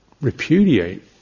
repudiate